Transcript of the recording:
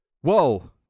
Whoa